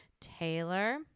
Taylor